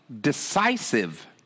decisive